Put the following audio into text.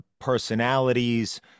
personalities